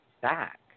back